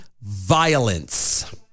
violence